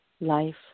life